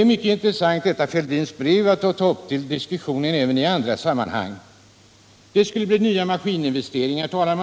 är mycket intressant att ta upp statsminister Fälldins brev också i andra sammanhang. Det talas ju om att det skulle bli nya maskininvesteringar.